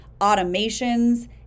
automations